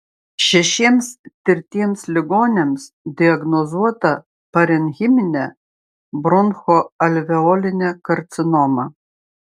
šešiems tirtiems ligoniams diagnozuota parenchiminė bronchoalveolinė karcinoma